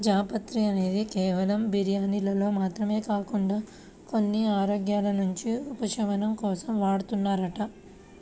జాపత్రి అనేది కేవలం బిర్యానీల్లో మాత్రమే కాకుండా కొన్ని అనారోగ్యాల నుంచి ఉపశమనం కోసం వాడతారంట